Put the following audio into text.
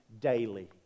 daily